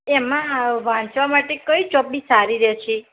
એમાં વાંચવા માટે કઈ ચોપડી સારી રહેશે